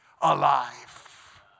alive